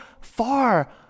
far